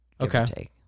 Okay